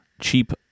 cheap